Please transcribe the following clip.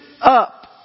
up